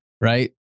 Right